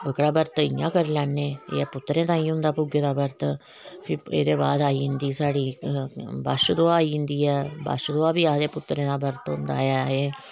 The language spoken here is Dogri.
एकड़ा बर्त इयां करी लेने एह् पुतरें लेई होंदा भुग्गे दा बर्त फिर ऐहदे बाद आई जंदी साढ़ी बच्छदुआह आई जंदी ऐ बच्छदुआह् बी आक्खदे पुतरे दा बर्त होंदा ऐ